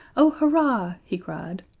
oh, hurrah! he cried.